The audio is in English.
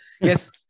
yes